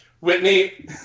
Whitney